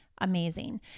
amazing